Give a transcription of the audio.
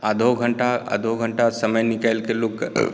आधों घण्टा आधों घण्टा समय निकालिकऽ लोकके